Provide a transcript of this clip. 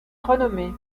renommé